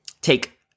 take